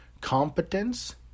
competence